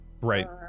Right